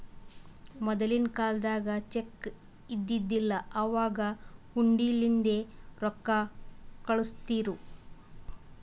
ಮೊದಲಿನ ಕಾಲ್ದಾಗ ಚೆಕ್ ಇದ್ದಿದಿಲ್ಲ, ಅವಾಗ್ ಹುಂಡಿಲಿಂದೇ ರೊಕ್ಕಾ ಕಳುಸ್ತಿರು